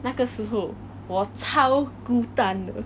那个时候我超孤单的